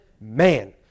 man